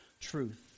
truth